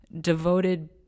devoted